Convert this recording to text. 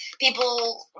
people